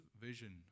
vision